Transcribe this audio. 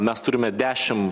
mes turime dešim